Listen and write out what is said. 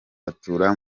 atura